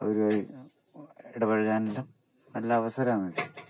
അവരുമായി ഇടപെഴുകാൻ എല്ലാം നല്ല അവസരമാണ്